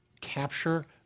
capture